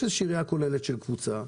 יש איזו ראייה כוללת של קבוצה,